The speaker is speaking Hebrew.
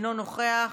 אינו נוכח,